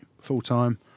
full-time